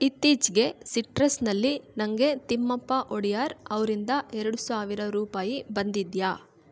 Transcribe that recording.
ಇತ್ತೀಚೆಗೆ ಸಿಟ್ರಸ್ನಲ್ಲಿ ನನಗೆ ತಿಮ್ಮಪ್ಪ ಒಡ್ಯಾರ್ ಅವರಿಂದ ಎರಡು ಸಾವಿರ ರೂಪಾಯಿ ಬಂದಿದೆಯಾ